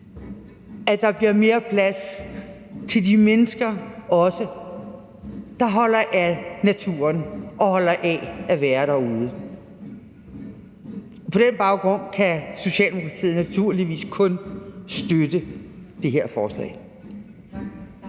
at der også bliver mere plads til de mennesker, der holder af naturen og holder af at være derude. På den baggrund kan Socialdemokratiet naturligvis kun støtte det her forslag.